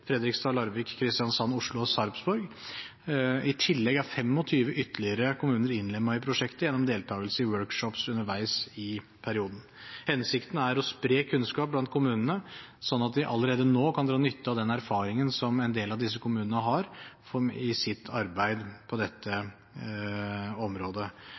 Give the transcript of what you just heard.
i prosjektet gjennom deltakelse i workshops underveis i perioden. Hensikten er å spre kunnskap blant kommunene, slik at de allerede nå kan dra nytte av den erfaringen som en del av disse kommunene har, i sitt arbeid på dette området.